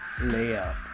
Layout